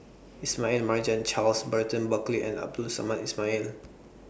Ismail Marjan Charles Burton Buckley and Abdul Samad Ismail